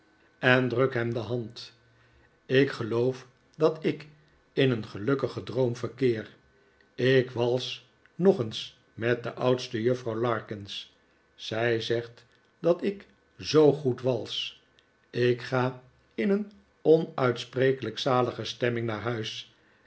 en druk hem de hand ik geloof dat ik in een gelukkigen droom verkeer ik wals nog eens met de oudste juffrouw larkins zij zegt dat ik zoo goed wals ik ga in een onuitsprekelijk zalige stemming naar huis